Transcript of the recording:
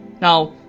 Now